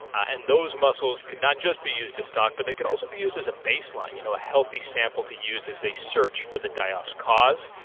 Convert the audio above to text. and those mussels could not just be used to stock but they could also be used as a baseline, you know, a healthy sample to use as they search for the die-off's cause.